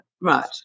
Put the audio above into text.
Right